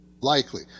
Likely